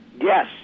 Yes